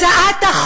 רויטל,